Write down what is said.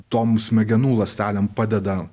tom smegenų ląstelėm padeda